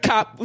cop